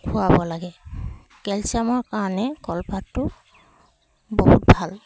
খুৱাব লাগে কেলছিয়ামৰ কাৰণে কলপাতটো বহুত ভাল